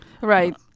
Right